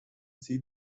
see